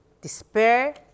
despair